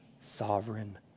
sovereign